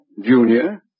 Junior